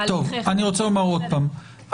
אני רוצה לומר עוד פעם,